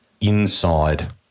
inside